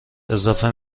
اضافه